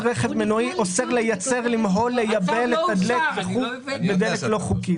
למהול, לייבא, לתדלק בדלק לא חוקי.